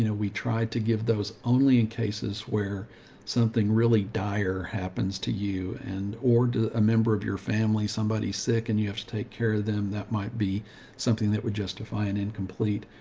you know we try to give those only in cases where something really dire happens to you and, or a member of your family, somebody sick, and you have to take care of them. that might be something that would justify an incomplete.